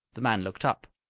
the man looked up.